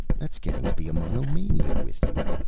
that's getting to be a monomania with you.